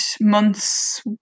months